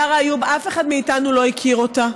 יארא איוב, אף אחד מאיתנו לא הכיר אותה,